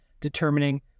determining